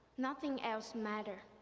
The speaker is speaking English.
nothing else matter.